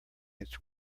its